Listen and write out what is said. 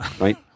right